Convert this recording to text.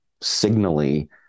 signally